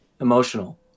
emotional